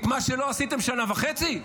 את מה שלא עשיתם שנה וחצי?